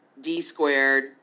D-Squared